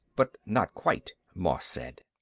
but not quite, moss said.